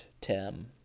Tim